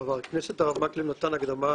חבר הכנסת הרב מקלב נתן הקדמה